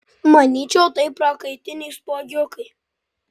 manyčiau tai prakaitiniai spuogiukai